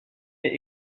est